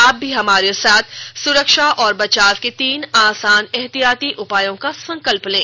आप भी हमारे साथ सुरक्षा और बचाव के तीन आसान एहतियाती उपायों का संकल्प लें